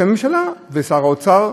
שהממשלה ושר האוצר,